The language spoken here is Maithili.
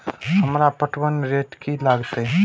हमरा पटवन रेट की लागते?